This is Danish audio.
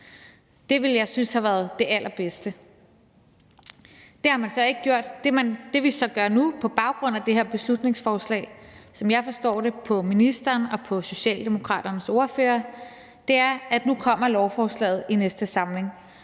Det ville jeg have syntes var det allerbedste. Det har man så ikke gjort, men det, der så sker nu på baggrund af det her beslutningsforslag, er, som jeg forstår det på ministeren og på Socialdemokraternes ordfører, at lovforslaget kommer i næste samling,